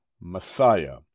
Messiah